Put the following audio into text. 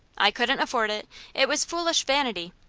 i couldn't afford it it was foolish vanity.